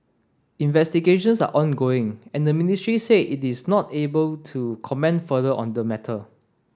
investigations are ongoing and the ministry said it is not able to comment further on the matter